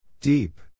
Deep